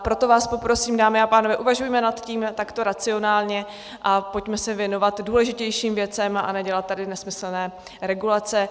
Proto vás poprosím, dámy a pánové, uvažujme nad tím takto racionálně a pojďme se věnovat důležitějším věcem a nedělat tady nesmyslné regulace.